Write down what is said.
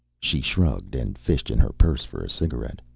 she shrugged and fished in her purse for a cigarette.